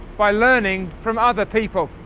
by learning from other people.